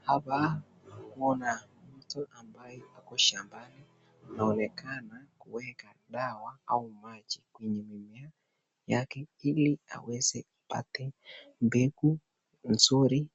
Hapa kuna mtu ambaye ako shambani anaonekana kuweka dawaau maji kwa mimea yeke hili aweze kupata mbegu nzuri